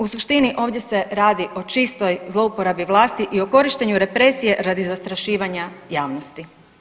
U suštini ovdje se radi o čistoj zlouporabi vlasti i o korištenju represije radi zastrašivanja javnosti.